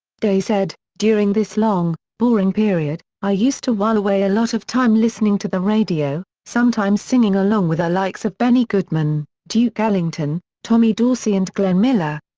day said during this long, boring period, i used to while away a lot of time listening to the radio, sometimes singing along with the likes of benny goodman, duke ellington, tommy dorsey and glenn miller.